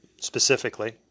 specifically